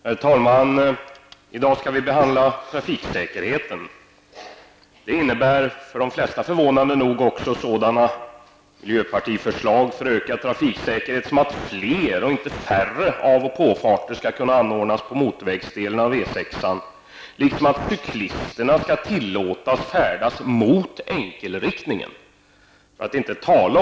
Herr talman! I dag skall vi behandla trafiksäkerheten. Det innebär också, och det förvånar nog de flesta, miljöpartiets förslag om ökad trafiksäkerhet i form av att fler, inte färre, avoch påfarter skall kunna anordnas på motorvägsdelen av E 6-an. Dessutom skall cyklister tillåtas att färdas trots enkelriktning.